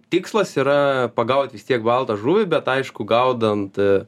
tikslas yra pagaut vis tiek baltą žuvį bet aišku gaudant